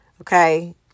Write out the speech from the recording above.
okay